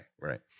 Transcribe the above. right